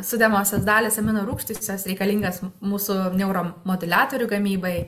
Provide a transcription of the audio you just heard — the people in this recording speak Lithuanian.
sudedamosios dalys aminorūgštys jos reikalingos mūsų neuromoduliatorių gamybai